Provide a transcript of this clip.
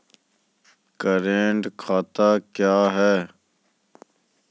Current खाता क्या हैं?